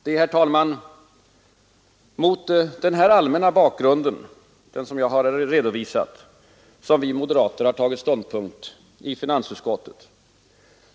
Herr talman! Det är mot den allmänna bakgrund jag här redovisat som vi moderater har tagit ståndpunkt i finansutskottet.